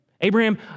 Abraham